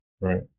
Right